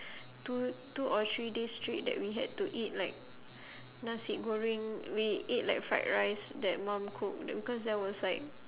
two two or three days straight that we had to eat like nasi goreng we ate like fried rice that mum cook that because there was like